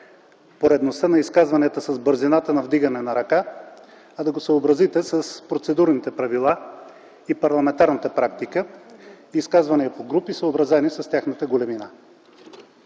поредността на изказванията с бързината на вдигане на ръка, а да го съобразите с процедурните правила и парламентарната практика – изказване по групи, съобразени с тяхната големина.